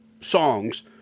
songs